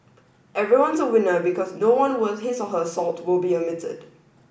everyone's a winner because no one worth his or her salt will be omitted